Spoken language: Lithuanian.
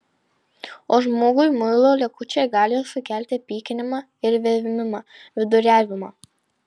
o žmogui muilo likučiai gali sukelti pykinimą ir vėmimą viduriavimą